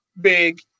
big